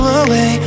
away